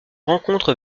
rencontre